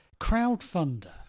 crowdfunder